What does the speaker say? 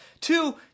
Two